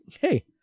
hey